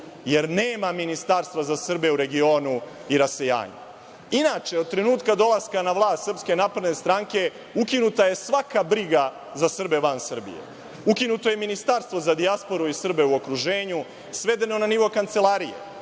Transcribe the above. jer nema ministarstva za Srbe u regionu i rasejanju. Inače, od trenutka dolaska na vlast SNS ukinuta je svaka briga za Srbe van Srbije. Ukinuto je ministarstvo za dijasporu i Srbe u okruženju, svedeno na nivo kancelarije.